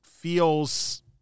feels